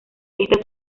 esta